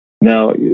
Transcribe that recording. now